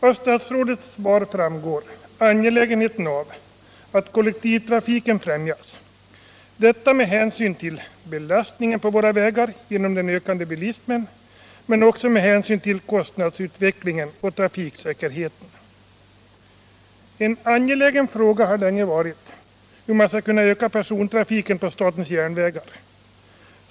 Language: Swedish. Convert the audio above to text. Av statsrådets svar framgår hur angeläget det är att kollektivtrafiken främjas — detta med hänsyn till belastningen på våra vägar genom den ökande bilismen men också med hänsyn till kostnadsutvecklingen och trafiksäkerheten. En angelägen fråga har länge varit hur man skall kunna öka persontrafiken på statens järnvägar.